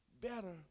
better